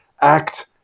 act